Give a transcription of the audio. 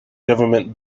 government